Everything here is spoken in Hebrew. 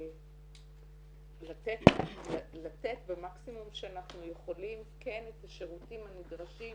ולתת במקסימום שאנחנו יכולים את השירותים הנדרשים